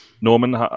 Norman